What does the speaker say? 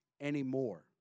anymore